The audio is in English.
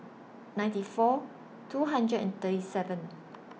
ninety four two hundred and thirty seven